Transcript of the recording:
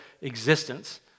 existence